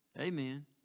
Amen